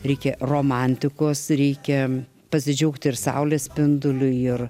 reikia romantikos reikia pasidžiaugti ir saulės spinduliu ir